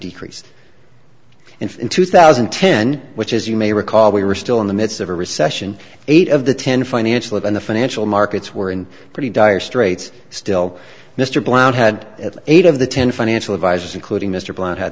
decreased in two thousand and ten which as you may recall we were still in the midst of a recession eight of the ten financial it and the financial markets were in pretty dire straits still mr blount had at eight of the ten financial advisors including mr blount had